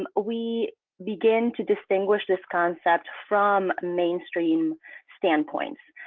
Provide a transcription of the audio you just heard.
um we begin to distinguish this concept from mainstream standpoints.